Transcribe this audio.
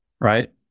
Right